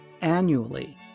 annually